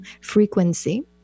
frequency